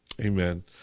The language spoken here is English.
Amen